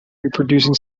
reproducing